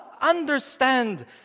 understand